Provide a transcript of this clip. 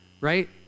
right